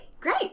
great